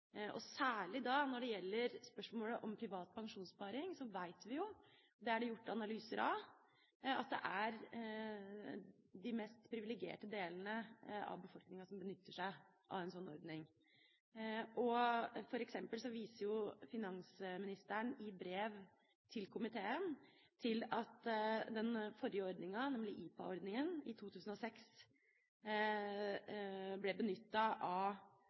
Særlig når det gjelder privat pensjonssparing, vet vi jo – det er det gjort analyser av – at det er de mest privilegerte delene av befolkninga som benytter seg av en sånn ordning. For eksempel viser jo finansministeren i brev til komiteen til at den forrige ordninga, nemlig IPA-ordninga, ble benyttet av dem som desidert har mest, og da vi avviklet den i 2006,